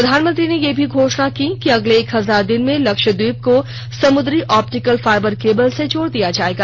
प्रधानमंत्री ने यह भी घोषणा की कि अगले एक हजार दिन में लक्षद्वीप को समुद्री ऑप्टिकल फाइबर केबल से जोड़ दिया जाएगा